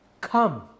Come